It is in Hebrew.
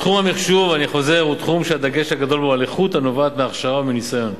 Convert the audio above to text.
תחום המחשוב הוא תחום שהדגש הגדול בו על איכות הנובעת מהכשרה ומניסיון.